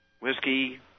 whiskey